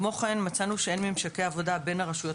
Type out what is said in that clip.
כמו כן מצאנו שאין ממשקי עבודה בין הרשויות